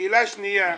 שאלה שנייה.